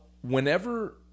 whenever